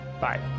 bye